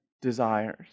desires